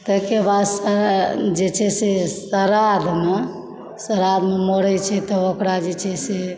ताहिके बाद से जे छै से श्राद्धमे श्राद्धमे मरै छै तऽ ओकरा जे छै से